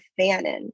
Fannin